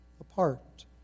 apart